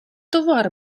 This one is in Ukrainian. товар